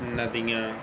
ਨਦੀਆਂ